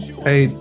Hey